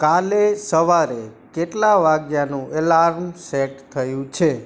કાલે સવારે કેટલાં વાગ્યાનું ઍલાર્મ સૅટ થયું છે